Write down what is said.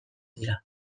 dira